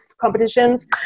competitions